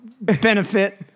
benefit